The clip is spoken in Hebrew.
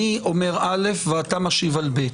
אני אומר א' ואתה משיב על ב'.